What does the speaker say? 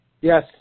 Yes